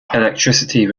electricity